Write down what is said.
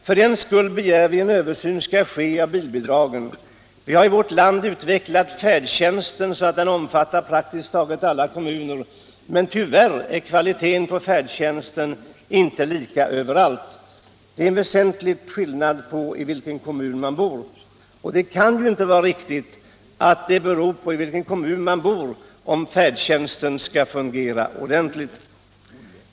För den skull begär vi en översyn av bilbidragen. Vi har i vårt land utvecklat färdtjänsten så att den omfattar praktiskt taget alla kommuner, men tyvärr är dess kvalitet inte densamma överallt, utan skillnaden kan vara väsentlig. Det kan ju inte vara riktigt att det beror på i vilken kommun man bor om färdtjänsten skall fungera ordentligt.